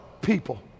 people